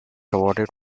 awarded